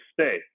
stay